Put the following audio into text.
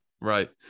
Right